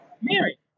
Mary